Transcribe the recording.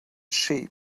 sheep